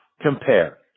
compare